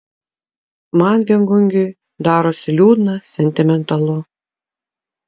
man viengungiui darosi liūdna sentimentalu